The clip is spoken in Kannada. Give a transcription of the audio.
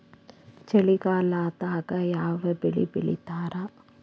ಚಳಿಗಾಲದಾಗ್ ಯಾವ್ ಬೆಳಿ ಬೆಳಿತಾರ?